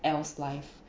else life